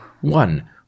one